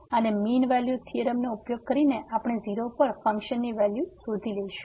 અને mean value થીયોરમનો ઉપયોગ કરીને આપણે 0 પર ફંક્શનની વેલ્યુ શોધીશું